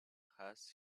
has